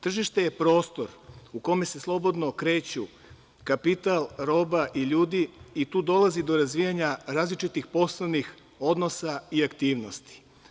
Tržište je prostor u kome se slobodno kreću kapital, roba i ljudi i tu dolazi do razvijanja različitih poslovnih odnosa i aktivnosti.